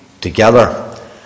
together